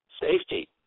safety